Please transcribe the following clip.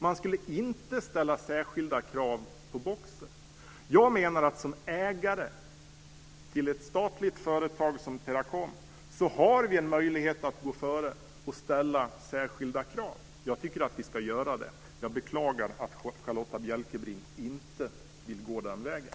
Man skulle inte ställa särskilda krav på Boxer. Jag menar att vi som ägare till ett statligt företag som Teracom har en möjlighet att gå före och ställa särskilda krav. Jag beklagar att Carlotta Bjälkebring inte vill gå den vägen.